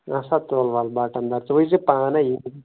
اسا تُل وۅلہٕ بٹن دار ژٕ روٗز زِ پانٕے ییٚتہِ